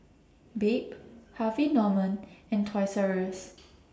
Bebe Harvey Norman and Toys R US